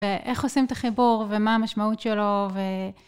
ואיך עושים את החיבור, ומה המשמעות שלו, ו...